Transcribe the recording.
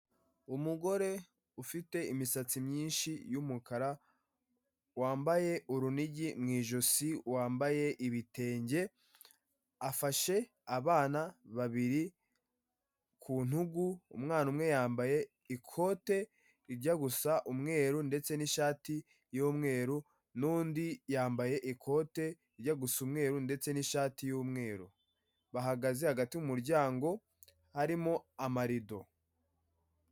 Umugore ufite imisatsi myinshi y'umukara, wambaye urunigi mu ijosi, wambaye ibitenge, afashe abana babiri ku ntugu, umwana umwe yambaye ikote rijya gusa umweru ndetse n'ishati y'umweru n'undi yambaye ikote rijya gusa umweru ndetse n'ishati y'umweru, bahagaze hagati mu muryango harimo amarido.